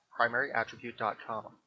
primaryattribute.com